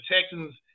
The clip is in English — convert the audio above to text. Texans